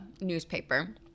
newspaper